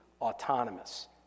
autonomous